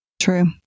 True